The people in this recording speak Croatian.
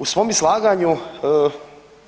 U svom izlaganju